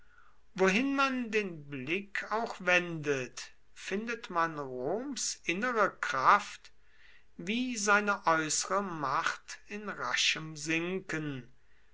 wohin man den blick auch wendet findet man roms innere kraft wie seine äußere macht in raschem sinken